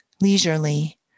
leisurely